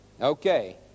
Okay